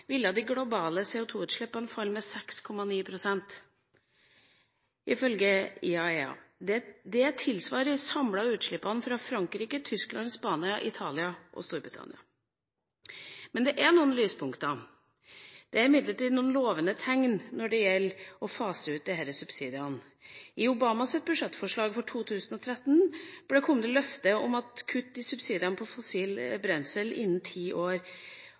ville de globale CO2-utslippene falle med 6,9 pst., ifølge IEA. Det tilsvarer de samlede utslippene fra Frankrike, Tyskland, Spania, Italia og Storbritannia. Men det er noen lyspunkter, det er imidlertid noen lovende tegn når det gjelder å fase ut disse subsidiene. I Obamas budsjettforslag for 2013 kom det løfte om kutt i subsidiene på fossilt brensel innen ti år,